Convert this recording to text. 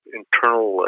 internal